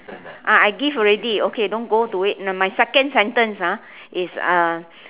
ah I give already don't go to it never mind okay second sentence ah is uh